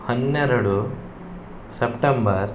ಹನ್ನೆರಡು ಸೆಪ್ಟೆಂಬರ್